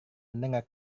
mendengar